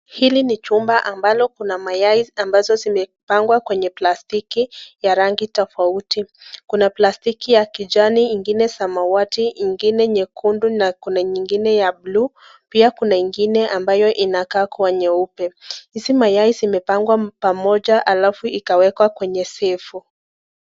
Hili ni chumba ambalo kuna mayai ambazo zimepangwa kwenye plastiki ya rangi tofauti. Kuna plastiki ya kijani, ingine samawati, ingine nyekundu na kuna ingine ya buluu pia kuna ingine ambayo inakaa kua nyeupe. Hizi mayai zimepangwa pamoja alafu ikawekwa kwenye sefo.